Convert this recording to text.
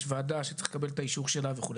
ועדה שצריך לקבל את האישור של וכולי,